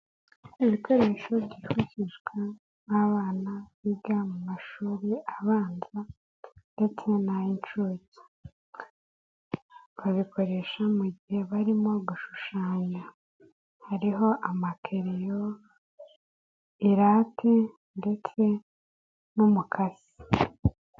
Ibikoresho byifashishwa n'abana, biga mu mashuri abanza ndetse n'ay'inshuke. Babikoresha mu gihe barimo gushushanya. Hariho amakereyo, irate ndetse n'umukasi.